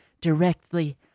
directly